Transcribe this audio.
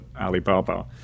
Alibaba